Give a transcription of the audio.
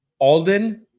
Alden